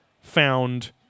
found